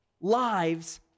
lives